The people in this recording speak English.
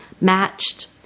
matched